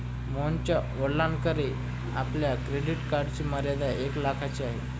मोहनच्या वडिलांकडे असलेल्या क्रेडिट कार्डची मर्यादा एक लाखाची आहे